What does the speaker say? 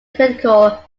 critical